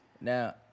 Now